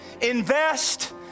invest